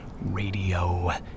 radio